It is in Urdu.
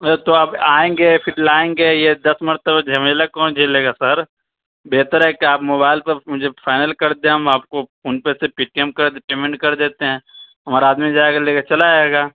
وہ تو آپ آئیں گے پھر لائیں گے یہ دس مرتبہ جھمیلا کون جھیلے گا سر بہتر ہے کہ آپ موبائل پر مجھے فائنل کر دیں ہم آپ کو فون پے سے پے ٹی ایم کر پیمنٹ کر دیتے ہیں ہمارا آدمی جائے گا لے کے چلا آئے گا